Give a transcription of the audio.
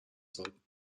sollten